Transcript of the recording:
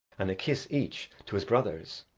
and a kiss each to his brothers.